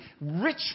rich